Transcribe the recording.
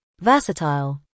versatile